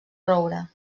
roure